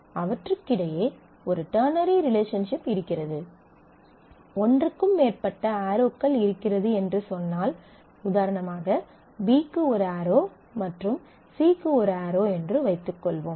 அவற்றுக்கிடையே ஒரு ternary relationship இருக்கிறது ஒன்றுக்கு மேற்பட்ட ஆரோக்கள் இருக்கிறது என்று சொன்னால் உதாரணமாக B க்கு ஒரு ஆரோ மற்றும் C க்கு ஒரு ஆரோ என்று வைத்துக்கொள்வோம்